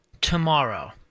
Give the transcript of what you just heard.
tomorrow